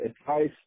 advice